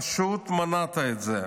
פשוט מנעת את זה.